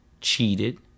Cheated